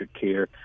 care